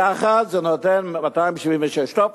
יחד זה נותן 276. טוב,